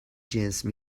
جنس